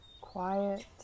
quiet